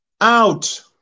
Out